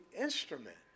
instrument